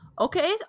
Okay